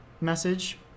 message